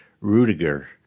Rudiger